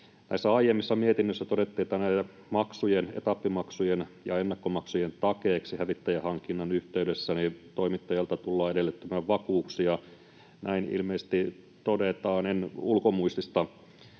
näissä aiemmissa mietinnöissä todettiin, että näiden maksujen, etappimaksujen ja ennakkomaksujen, takeeksi hävittäjähankinnan yhteydessä toimittajalta tullaan edellyttämään vakuuksia. Näin ilmeisesti todetaan — en ulkomuistista